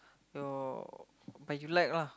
your but you like lah